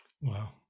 Wow